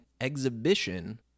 exhibition